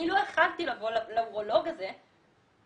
אני לא יכולנו לבוא לאורולוג הזה כי